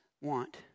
want